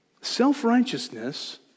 Self-righteousness